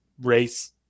race